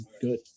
good